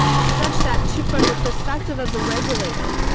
such that to from the perspective of the regulated,